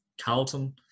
Carlton